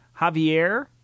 Javier